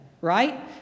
right